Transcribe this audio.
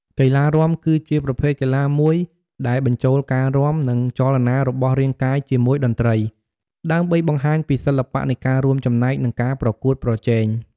កីឡារាំ គឺជាប្រភេទកីឡាមួយដែលបញ្ចូលការរាំ និងចលនារបស់រាងកាយជាមួយតន្ត្រី ដើម្បីបង្ហាញពីសិល្បៈនៃការរួមចំណែក និងការប្រកួតប្រជែង។